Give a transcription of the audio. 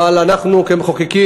אבל אנחנו כמחוקקים,